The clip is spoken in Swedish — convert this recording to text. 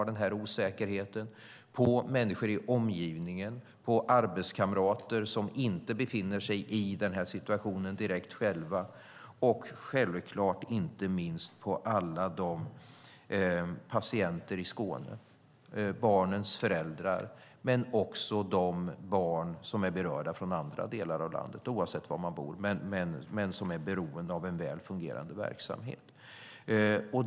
Det gnager på människor i omgivningen, på arbetskamrater som inte direkt befinner sig i den här situationen själva och inte minst på alla patienter i Skåne, barnens föräldrar och de barn från andra delar av landet som är berörda och beroende av en väl fungerande verksamhet.